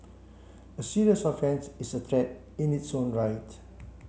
a serious offence is a threat in its own right